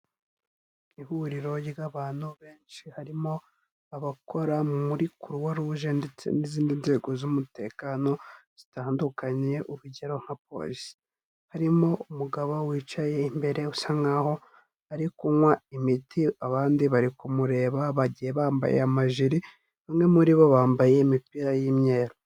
Ihuriro ry'abantu benshi harimo abakora muri kiruwaruje ndetse n'izindi nzego z'umutekano zitandukanye, urugero, nka polisi. Harimo umugabo wicaye imbere usa nkaho ari kunywa imiti, abandi bari kumureba bagiye bambaye amajeri bamwe muri bo bambaye imipira y'imyeru.